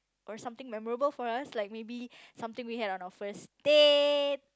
or something memorable for us like maybe something we had on our first date